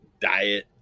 diet